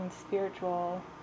spiritual